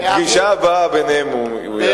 בפגישה הבאה ביניהם הוא יעביר.